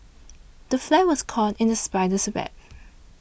the fly was caught in the spider's web